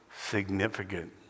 significant